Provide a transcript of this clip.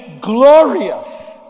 glorious